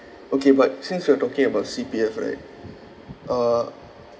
okay but since you are talking about C_P_F right uh